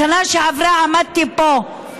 בשנה שעברה עמדתי פה,